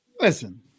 Listen